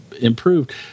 improved